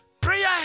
prayer